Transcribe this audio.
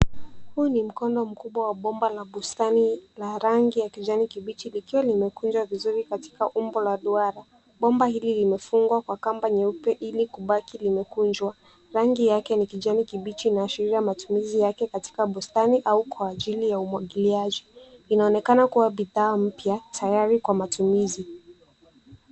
Huu ni mkono mkubwa wa bomba la bustani la rangi ya kijani kibichi likiwa limekunjwa vizuri katika umbo la duara. Bomba hili limefungwa kwa kamba nyeupe ili kubaki limekunjwa. Rangi yake ni kijani kibichi inaashiria matumizi yake katika bustani au kwa ajili ya umwagiliaji. Inaonekana kuwa bidhaa mpya tayari kwa matumizi.